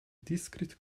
discrete